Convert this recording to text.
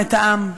את העם.